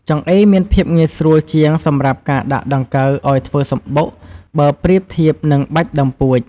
ចង្អេរមានភាពងាយស្រួលជាងសម្រាប់ការដាក់ដង្កូវអោយធ្វើសំបុក បើប្រៀបធៀបនឹងបាច់ដើមពួច។